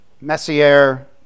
Messier